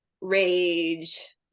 rage